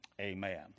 Amen